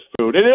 food